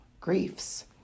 griefs